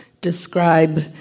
Describe